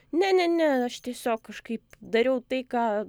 ne ne ne aš tiesiog kažkaip dariau tai ką